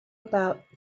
about